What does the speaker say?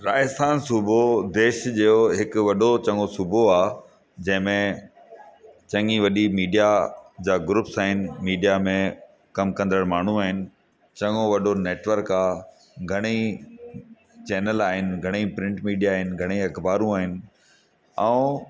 राजस्थान सुबो देश जो हिकु वॾो चङो सुबो आहे जंहिंमें चङी वॾी मीडिया जा ग्रूप्स आहिनि मीडिया में कमु कंदड़ माण्हू आहिनि चङो वॾो नैटवर्क आहे घणेई चैनल आहिनि घणेई प्रिंट मीडिया आहिनि घणेई अखबारू आहिनि ऐं